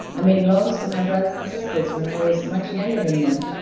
i made loans to my brothers and sisters when i was much younger than them,